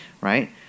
right